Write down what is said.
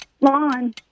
Lawn